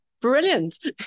brilliant